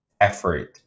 effort